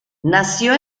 nació